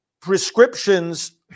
Prescriptions